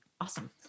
Awesome